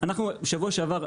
בשבוע שעבר,